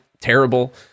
terrible